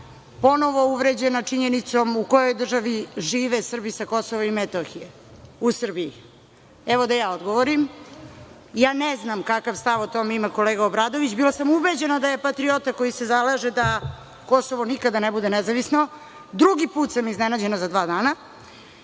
ponovo uvređena činjenicom u kojoj državi žive Srbi sa Kosova i Metohije. U Srbiji. Evo da ja odgovorim. Ne znam kakav stav o tome ima kolega Obradović, bila sam ubeđena da je patriota koji se zalaže da Kosovo nikada ne bude nezavisno, ali drugi put sam iznenađena za dva dana.